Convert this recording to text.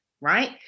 Right